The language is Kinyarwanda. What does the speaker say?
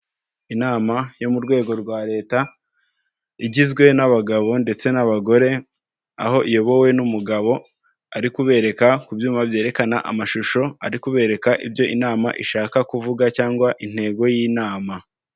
Inama yo mu rwego rwa Leta igizwe n'abagabo ndetse n'abagore, aho iyobowe n'umugabo ari kubereka ku byuma byerekana amashusho, ari kubereka ibyo inama ishaka kuvuga cyangwa intego y'inama.